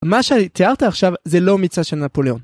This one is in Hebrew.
מה שתיארת עכשיו זה לא מבצע של נפוליאון.